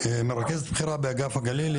מרכזת בכירה באגף הגליל,